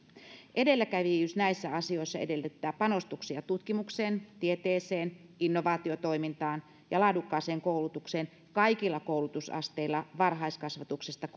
edelläkävijyys näissä asioissa edellyttää panostuksia tutkimukseen tieteeseen innovaatiotoimintaan ja laadukkaaseen koulutukseen kaikilla koulutusasteilla varhaiskasvatuksesta